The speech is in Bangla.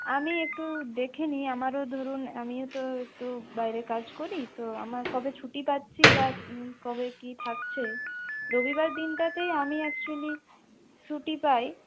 আমি একটু দেখে নিই আমারও ধরুন আমিও তো একটু বাইরে কাজ করি তো আমার কবে ছুটি পাচ্ছি বা কবে কী থাকছে রবিবার দিনটাতেই আমি অ্যাকচুয়ালি ছুটি পাই